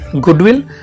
goodwill